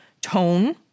tone